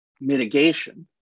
mitigation